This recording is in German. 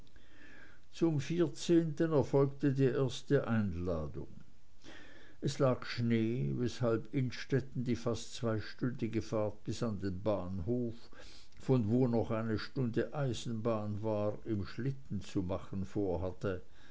zum erfolgte die erste einladung es lag schnee weshalb innstetten die fast zweistündige fahrt bis an den bahnhof von wo noch eine stunde eisenbahn war im schlitten zu machen vorhatte